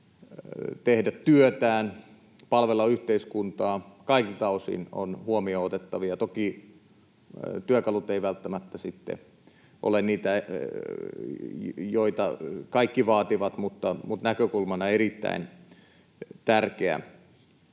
tehdä työtään, palvella yhteiskuntaa kaikilta osin ovat huomioon otettavia. Toki työkalut eivät välttämättä sitten ole niitä, joita kaikki vaativat, mutta näkökulmana erittäin tärkeä.